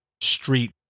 street